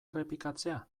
errepikatzea